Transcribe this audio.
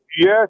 Yes